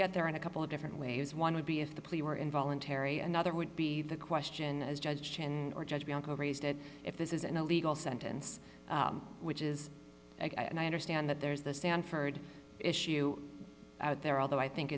get there in a couple of different ways one would be if the plea were involuntary another would be the question as judge and or judge bianco raised it if this isn't a legal sentence which is and i understand that there's the stanford issue out there although i think